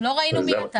--- לא ראינו מי אתה.